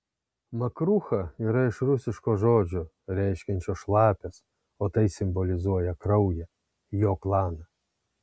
makrucha yra iš rusiško žodžio reiškiančio šlapias o tai simbolizuoja kraują jo klaną